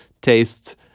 tastes